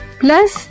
plus